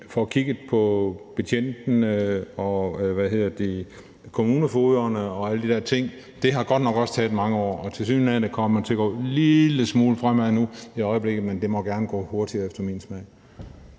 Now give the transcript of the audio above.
får kigget på betjentene og kommunefogederne og alle de der ting. Det har godt nok også taget mange år, og tilsyneladende kommer det til at gå en lille smule fremad nu, men det må efter min smag